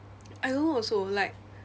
I don't know also like